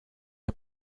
are